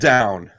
Down